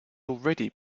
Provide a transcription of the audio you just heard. already